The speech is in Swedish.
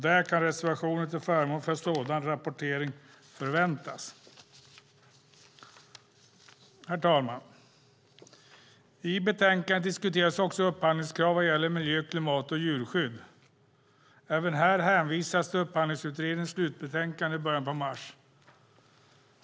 Där kan reservationer till förmån för sådan rapportering förväntas. Herr talman! I betänkandet diskuteras också upphandlingskrav vad gäller miljö, klimat och djurskydd. Även här hänvisas till Upphandlingsutredningens slutbetänkande i början av mars.